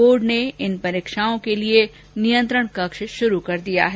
board ने परीक्षाओं के लिए नियंत्रण कक्ष शुरू कर दिया है